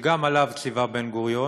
שגם עליו ציווה בן-גוריון.